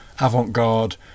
avant-garde